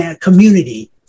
community